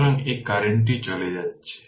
সুতরাং এই কারেন্টটি চলে যাচ্ছে